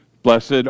Blessed